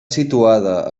situada